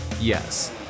Yes